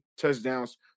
touchdowns